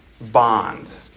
bond